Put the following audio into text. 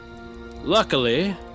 luckily